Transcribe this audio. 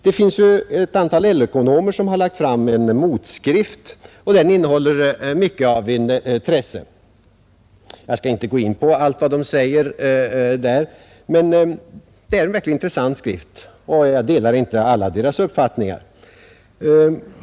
Det finns ett antal LO-ekonomer som har lagt fram en motskrift, som innehåller mycket av intresse. Jag skall inte gå in på allt vad som sägs där, men den är verkligt intressant även om jag inte delar alla deras uppfattningar.